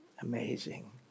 amazing